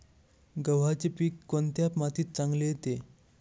गव्हाचे पीक कोणत्या मातीत चांगले येते?